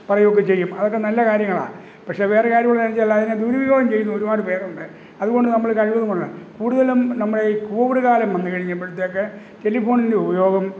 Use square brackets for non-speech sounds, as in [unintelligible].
പറയുകയൊക്കെ ചെയ്യും അതൊക്കെ നല്ല കാര്യങ്ങളാണ് പക്ഷെ വേറെ കാര്യമുള്ളത് എന്താ വെച്ചാൽ അതിനെ ദുരുപയോഗം ചെയ്യുന്ന ഒരുപാടു പേരുണ്ട് അതുകൊണ്ടു നമ്മൾ കഴിവതും [unintelligible] കൂടുതലും നമ്മുടെയീ കോവിഡ് കാലം വന്നു കഴിഞ്ഞപ്പോഴത്തേക്ക് ടെലിഫോണിൻ്റെ ഉപയോഗം